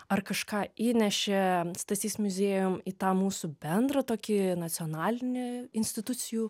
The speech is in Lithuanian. ar kažką įnešė stasys muziejum į tą mūsų bendrą tokį nacionalinių institucijų